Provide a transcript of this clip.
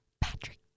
Patrick